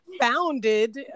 founded